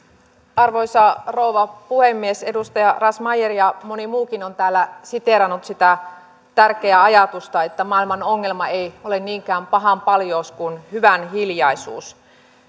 arvoisa rouva puhemies edustaja razmyar ja moni muukin on täällä siteerannut sitä tärkeää ajatusta että maailman ongelma ei ole niinkään pahan paljous kuin hyvän hiljaisuus